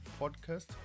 podcast